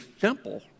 simple